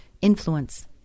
influence